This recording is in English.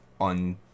on